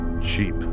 cheap